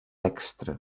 extra